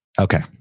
Okay